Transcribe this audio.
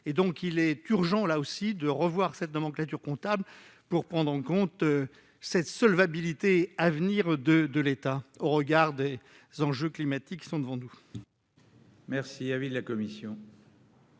est donc urgent de revoir cette nomenclature comptable, pour prendre en compte la solvabilité à venir de l'État au regard des enjeux climatiques qui sont devant nous.